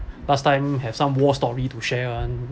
last time have some war story to share one